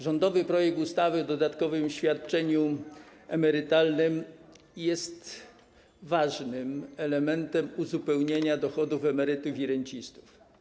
Rządowy projekt ustawy o dodatkowym świadczeniu emerytalnym jest ważnym elementem uzupełnienia dochodów emerytów i rencistów.